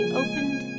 opened